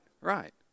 right